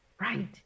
right